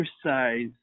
exercise